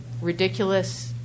ridiculous